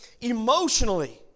emotionally